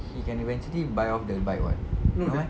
he can eventually buy off the bike [what] no meh